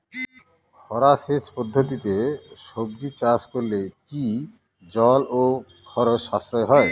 খরা সেচ পদ্ধতিতে সবজি চাষ করলে কি জল ও খরচ সাশ্রয় হয়?